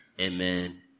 Amen